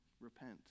Repent